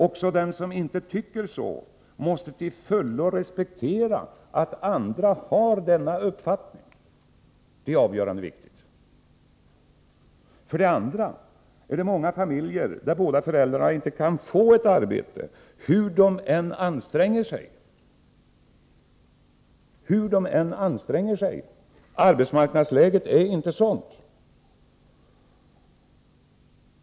Också den som inte tycker så måste till fullo respektera att andra har den uppfattningen. Det är viktigt och avgörande. För det andra finns det många familjer där båda föräldrarna inte kan få ett arbete hur de än anstränger sig — arbetsmarknadsläget är inte sådant.